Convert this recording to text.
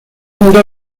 mundo